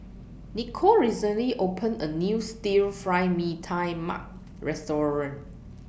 Nikko recently opened A New Stir Fry Mee Tai Mak Restaurant